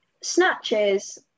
Snatches